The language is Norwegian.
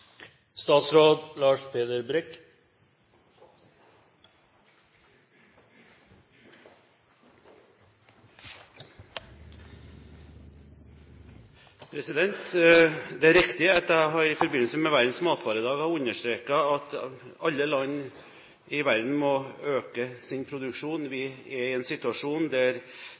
Det er riktig at jeg i forbindelse med verdens matvaredag understreket at alle land i verden må øke sin produksjon. Vi er i en situasjon der